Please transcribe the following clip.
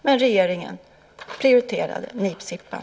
Men regeringen prioriterade nipsippan.